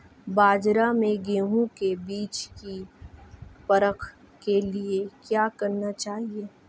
बाज़ार में गेहूँ के बीज की परख के लिए क्या करना चाहिए?